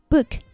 Book